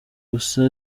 gusa